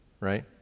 right